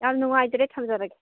ꯌꯥꯝ ꯅꯨꯡꯉꯥꯏꯖꯔꯦ ꯊꯝꯖꯔꯒꯦ